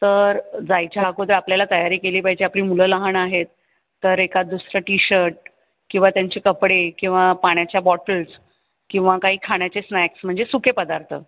तर जायच्या अगोदर आपल्याला तयारी केली पाहिजे आपली मुलं लहान आहेत तर एखादं दुसरं टीशर्ट किंवा त्यांचे कपडे किंवा पाण्याच्या बॉटल्स किंवा काही खाण्याचे स्नॅक्स म्हणजे सुके पदार्थ